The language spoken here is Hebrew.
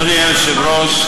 אדוני היושב-ראש,